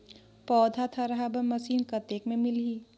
पौधा थरहा बर मशीन कतेक मे मिलही?